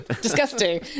Disgusting